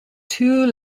two